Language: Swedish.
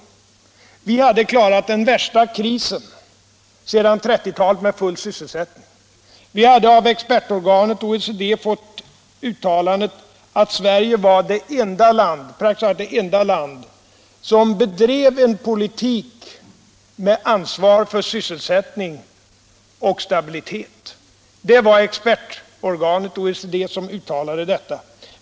Vi hade med full sysselsättning klarat den värsta krisen sedan 1930-talet. Vi hade av expertorganet OECD fått uttalandet att Sverige var praktiskt taget det enda land som bedrev en politik med ansvar för sysselsättning och stabilitet. Det var expertorganet OECD som uttalade detta.